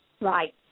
Right